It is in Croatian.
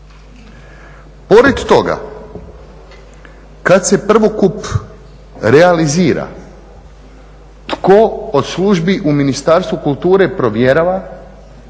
Pored toga, kad se prvokup realizira tko od službi u Ministarstvu kulture provjerava